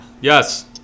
Yes